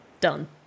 done